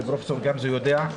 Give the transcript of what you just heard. ופרופ' גמזו יודע,